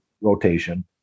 rotation